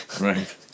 Right